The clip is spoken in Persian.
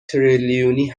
تریلیونی